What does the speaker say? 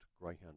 Greyhound